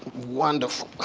wonderful